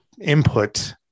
input